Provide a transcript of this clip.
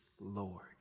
Lord